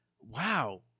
wow